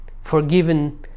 forgiven